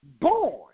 born